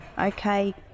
Okay